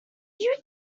you